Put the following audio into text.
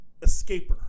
escaper